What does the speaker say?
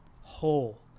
whole